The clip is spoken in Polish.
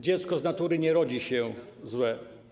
Dziecko z natury nie rodzi się złe.